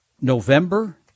November